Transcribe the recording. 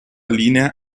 linea